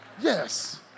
Yes